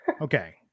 Okay